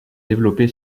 développé